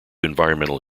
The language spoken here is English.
environmental